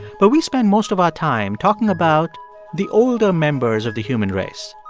but we spend most of our time talking about the older members of the human race.